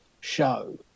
show